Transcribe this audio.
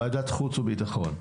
ועדת חוץ וביטחון,